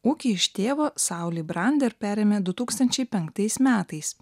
ūkį iš tėvo sauli brander perėmė du tūkstančiai penktais metais